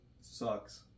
Sucks